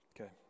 Okay